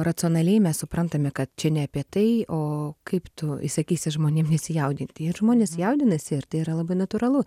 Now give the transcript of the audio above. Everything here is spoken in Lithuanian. racionaliai mes suprantame kad čia ne apie tai o kaip tu įsakysi žmonėm nesijaudinti ir žmonės jaudinasi ir tai yra labai natūralu